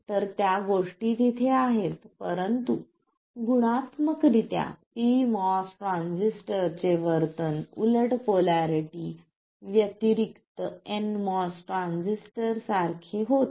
तर त्या गोष्टी तिथे आहेत परंतु गुणात्मकरित्या pMOS ट्रान्झिस्टरचे वर्तन उलट पोलारिटी व्यतिरिक्त nMOS ट्रान्झिस्टरसारखे होते